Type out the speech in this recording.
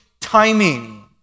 timing